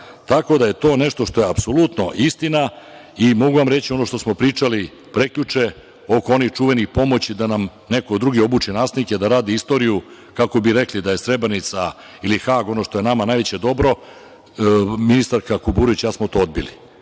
rada. Tako da je to nešto što je apsolutno istina i mogu vam reći ono što smo pričali prekjuče, oko onih čuvenih pomoći, da nam neko drugi obuči nastavnike da rade istoriju kako bi rekli da je Srebrenica ili Hag ono što je nama najveće dobro, ministarka Kuburović i ja smo to odbili